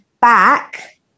back